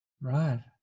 Right